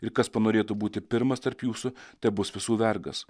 ir kas panorėtų būti pirmas tarp jūsų tebus visų vergas